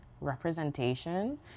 Representation